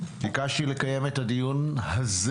ביקשתי לקיים את הדיון הזה.